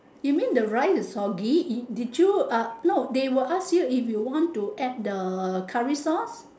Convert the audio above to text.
you mean the rice is soggy did you no they will ask you if you want to add the curry sauce